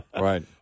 right